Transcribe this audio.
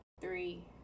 three